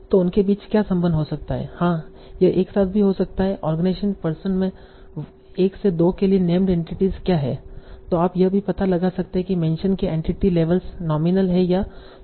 तो उनके बीच क्या संबंध हो सकता है और हाँ यह एक साथ भी हो सकता है आर्गेनाइजेशन पर्सन में 1 से 2 के लिए नेम्ड एंटिटी क्या है तो आप यह भी पता लगा सकते हैं कि मेंशन के एंटिटी लेवेल्स नोमिनल है या प्रोनाउन है